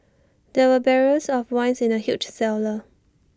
there were barrels of wines in the huge cellar